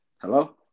Hello